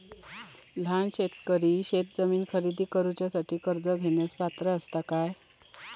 लहान शेतकरी शेतजमीन खरेदी करुच्यासाठी कर्ज घेण्यास पात्र असात काय?